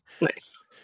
Nice